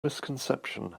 misconception